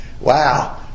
wow